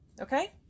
okay